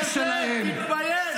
--- תגיד לי, אלי, אלי, אתה לא מתבייש?